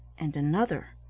and another,